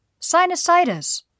Sinusitis